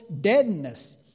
deadness